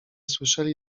słyszeli